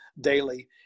daily